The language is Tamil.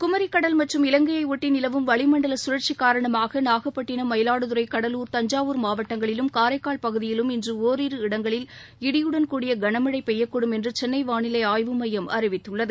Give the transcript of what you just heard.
குமரிக்கடல் மற்றும் இலங்கையை ஒட்டி நிலவும் வளிமண்டல சுழற்சி காரணமாக நாகப்பட்டிணம் மயிலாடுதுறை கடலூர் தஞ்சாவூர் மாவட்டங்களிலும் காரைக்கால் பகுதியிலும் இன்று ஓரிரு இடங்களில் இடியுடன் கூடிய கனமழை பெய்யக்கூடும் என்று சென்னை வானிலை ஆய்வு மையம் அறிவித்துள்ளது